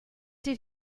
did